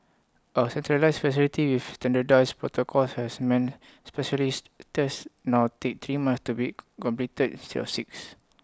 A centralised facility with standardised protocols has meant specialised tests now take three months to be co completed instead of six